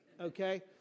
Okay